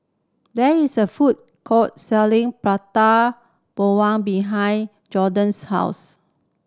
there is a food court selling Prata Bawang behind Jordyn's house